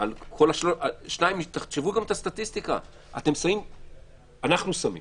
תחשבו על הסטטיסטיקה אנחנו שמים